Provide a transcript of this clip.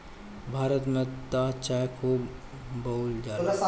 भारत में त चाय खूब बोअल जाला